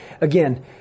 again